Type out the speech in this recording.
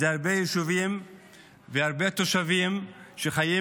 אלה הרבה יישובים והרבה תושבים שחיים